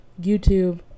YouTube